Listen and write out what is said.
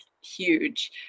huge